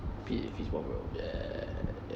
bro yeah